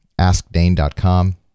AskDane.com